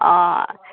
অঁ